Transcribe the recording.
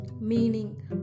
Meaning